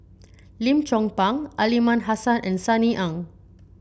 Lim Chong Pang Aliman Hassan and Sunny Ang